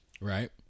right